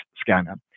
scanner